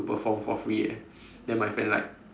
to perform for free eh then my friend like